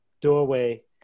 doorway